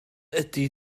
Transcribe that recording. ydy